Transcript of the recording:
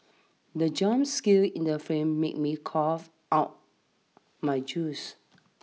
the jump scare in the film made me cough out my juice